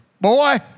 boy